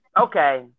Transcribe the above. okay